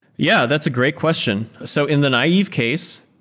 yeah, that's a great question. so in the naive case,